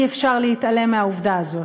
אי-אפשר להתעלם מהעובדה הזאת.